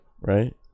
right